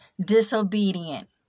disobedient